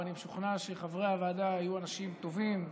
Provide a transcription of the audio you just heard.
ואני משוכנע שחברי הוועדה יהיו אנשים טובים,